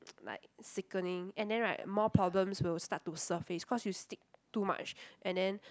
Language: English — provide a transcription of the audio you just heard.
like sickening and then right more problems will start to surface because you stick too much and then